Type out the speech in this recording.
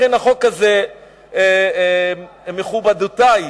לכן החוק הזה, מכובדותי